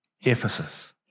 Ephesus